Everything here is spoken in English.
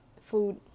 food